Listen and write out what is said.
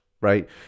right